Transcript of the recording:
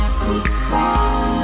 secret